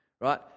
right